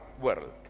world